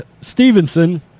Stevenson